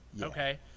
Okay